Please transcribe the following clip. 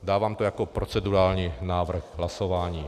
Dávám to jako procedurální návrh k hlasování.